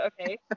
Okay